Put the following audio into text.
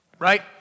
right